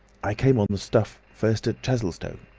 i came on the stuff first at chesilstowe.